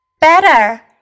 better